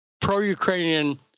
pro-Ukrainian